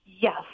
Yes